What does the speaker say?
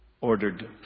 ordered